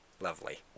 lovely